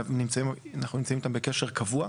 אנחנו נמצאים איתם בקשר קבוע,